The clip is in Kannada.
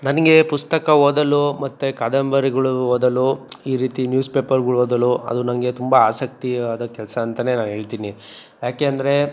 ನನಗೆ ಪುಸ್ತಕ ಓದಲು ಮತ್ತು ಕಾದಂಬರಿಗಳು ಓದಲು ಈ ರೀತಿ ನ್ಯೂಸ್ ಪೇಪರ್ಗಳು ಓದಲು ಅದು ನಂಗೆ ತುಂಬ ಆಸಕ್ತಿಯಾದ ಕೆಲಸ ಅಂತ ನಾನು ಹೇಳ್ತಿನಿ ಯಾಕೆ ಅಂದರೆ